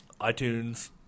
iTunes